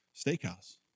steakhouse